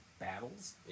battles